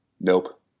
Nope